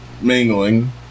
mingling